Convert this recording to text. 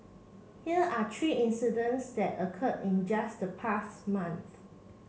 here are three incidents that occurred in just the past month